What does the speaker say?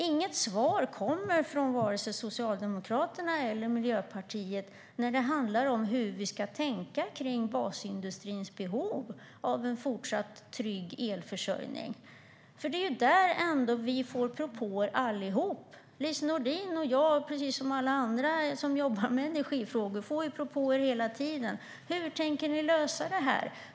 Inget svar kommer från vare sig Socialdemokraterna eller Miljöpartiet när det handlar om hur vi ska tänka kring basindustrins behov av en fortsatt trygg elförsörjning. Det är ju därifrån vi får propåer. Lise Nordin och jag, precis som alla andra som jobbar med energifrågor, får propåer hela tiden. Hur tänker ni lösa det här?